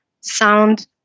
sound